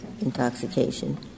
intoxication